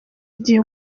igihe